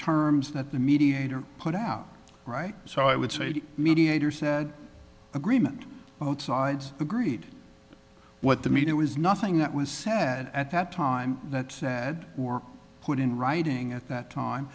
terms that the mediator put out right so i would say the mediator said agreement both sides agreed what they mean it was nothing that was said at that time that had put in writing at that time